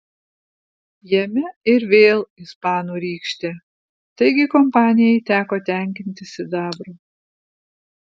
jame ir vėl ispanų rykštė taigi kompanijai teko tenkintis sidabru